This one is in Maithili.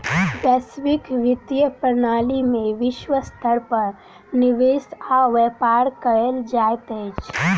वैश्विक वित्तीय प्रणाली में विश्व स्तर पर निवेश आ व्यापार कयल जाइत अछि